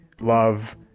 love